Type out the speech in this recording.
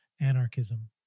anarchism